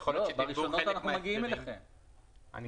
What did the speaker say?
יכול להיות שתקבעו חלק מההסדרים --- לא,